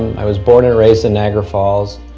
i was born and raised in niagara falls,